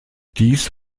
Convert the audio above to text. dies